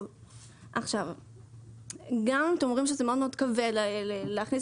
אתם אומרים שזה מאוד מאוד כבד להכניס